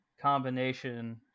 combination